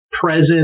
present